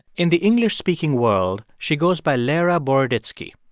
in the english-speaking world, she goes by lera boroditsky.